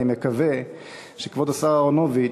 אני מקווה שכבוד השר אהרונוביץ,